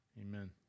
Amen